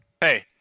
Hey